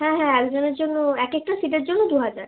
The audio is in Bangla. হ্যাঁ হ্যাঁ একজনের জন্য একেকটা সিটের জন্য দু হাজার